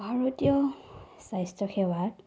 ভাৰতীয় স্বাস্থ্য সেৱাত